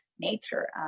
nature